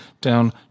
down